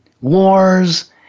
wars